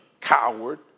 coward